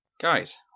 guys